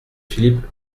philippe